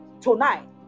tonight